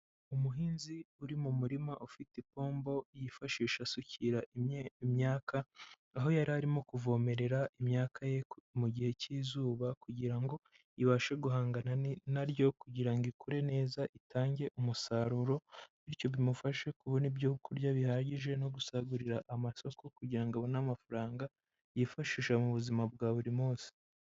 Umuhinzi uri mu murima ufite ipombo yifashisha asukira imyaka, aho yari arimo kuvomerera imyaka ye mu gihe cy'izuba kugira ngo ibashe guhangana na ryo kugira ngo ikure neza itange umusaruro, bityo bimufashe kubona ibyo kurya bihagije no gusagurira amasoko kugira ngo abone amafaranga yifashisha mu buzima bwa buri munsi.